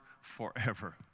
forever